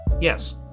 Yes